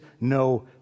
no